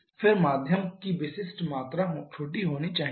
फिर माध्यम की विशिष्ट मात्रा छोटी होनी चाहिए